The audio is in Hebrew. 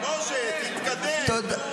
תודה.